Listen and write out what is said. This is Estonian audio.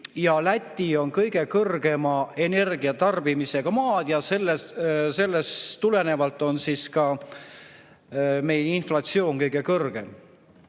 ja Läti on kõige kõrgema energiatarbimisega maad ja sellest tulenevalt on ka meie inflatsioon kõige kõrgem.